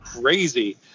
crazy